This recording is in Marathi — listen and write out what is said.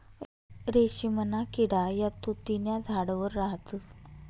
रेशीमना किडा या तुति न्या झाडवर राहतस